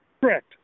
Correct